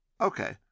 Okay